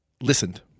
listened